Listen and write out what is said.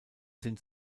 sind